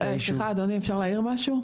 סליחה, אדוני, אפשר להעיר משהו?